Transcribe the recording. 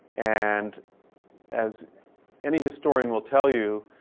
and as any historian will tell you,